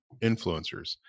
influencers